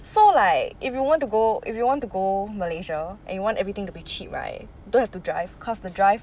so like if you want to go if you want to go malaysia and you want everything to be cheap right don't have to drive cause the drive